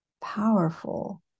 powerful